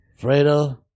Fredo